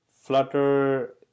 Flutter